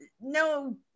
no